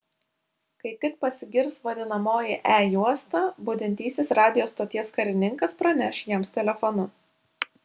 kai tik pasigirs vadinamoji e juosta budintysis radijo stoties karininkas praneš jiems telefonu